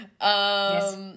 Yes